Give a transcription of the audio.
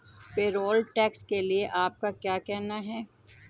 Payroll tax के लिए आपका क्या कहना है?